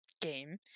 game